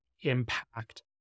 impact